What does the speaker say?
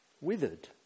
withered